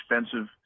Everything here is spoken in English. expensive